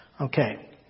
Okay